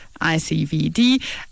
ICVD